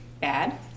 bad